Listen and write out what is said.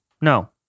No